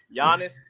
Giannis